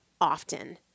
often